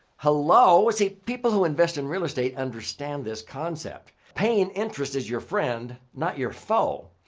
hello? see, people who invest in real estate understand this concept. paying interest is your friend not your foe.